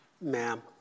Ma'am